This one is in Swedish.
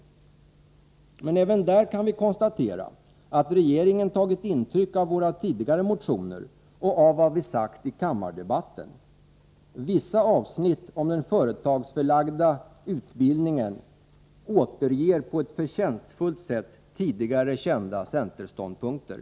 Även på denna punkt kan vi konstatera att regeringen tagit intryck av våra tidigare motioner och av vad vi sagt i kammardebatten. Vissa avsnitt om den företagsförlagda utbildningen återger på ett förtjänstfullt sätt tidigare kända centerståndpunkter.